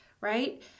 right